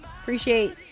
Appreciate